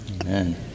Amen